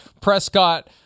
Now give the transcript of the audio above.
Prescott